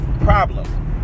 problem